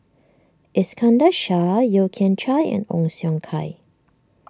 Iskandar Shah Yeo Kian Chai and Ong Siong Kai